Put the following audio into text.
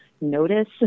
notice